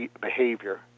behavior